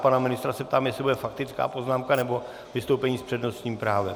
Pana ministra se ptám, jestli bude faktická poznámka, nebo vystoupení s přednostním právem.